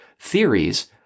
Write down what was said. theories